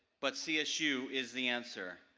but csu is the answer.